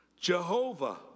Jehovah